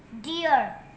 deer